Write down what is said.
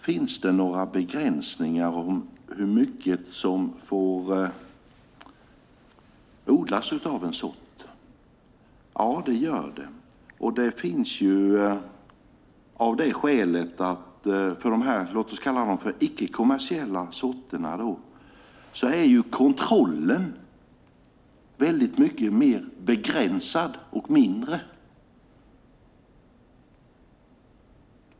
Finns det några begränsningar av hur mycket av en sort som får odlas? Ja, det finns det, av det skälet att kontrollen för dessa låt oss säga icke-kommersiella sorter är väldigt mycket mer begränsad och mindre.